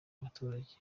abaturage